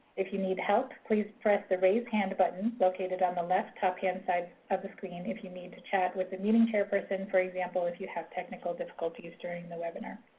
if you need help, please press the raised hand button, located on the left top-hand side of the screen if you need to chat with a meeting chairperson, for example, if you have technical difficulties during the webinar.